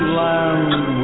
land